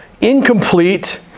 incomplete